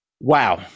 Wow